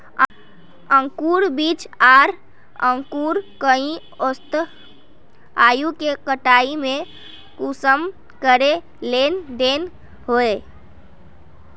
अंकूर बीज आर अंकूर कई औसत आयु के कटाई में कुंसम करे लेन देन होए?